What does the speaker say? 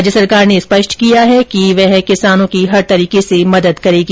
राज्य सरकार ने स्पष्ट किया है कि वह किसानों की हर तरीके से मदद करेगी